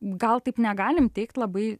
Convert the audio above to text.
gal taip negalim teigt labai